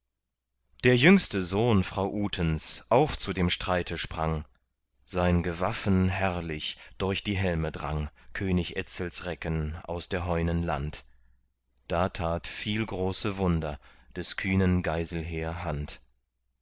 der jüngste sohn frau utens auch zu dem streite sprang sein gewaffen herrlich durch die helme drang könig etzels recken aus der heunen land da tat viel große wunder des kühnen geiselher hand